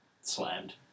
slammed